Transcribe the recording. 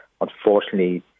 unfortunately